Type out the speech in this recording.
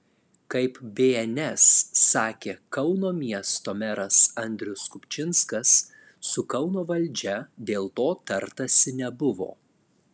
kaip bns sakė kauno miesto meras andrius kupčinskas su kauno valdžia dėl to tartasi nebuvo